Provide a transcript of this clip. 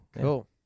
Cool